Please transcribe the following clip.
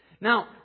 Now